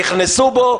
נכנסו בו,